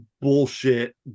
bullshit